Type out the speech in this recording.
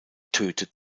tötet